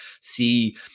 see